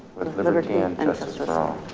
liberty and justice for all.